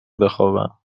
بخوابم